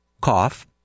cough